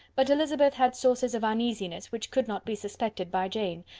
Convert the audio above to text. but elizabeth had sources of uneasiness which could not be suspected by jane,